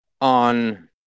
on